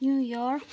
New York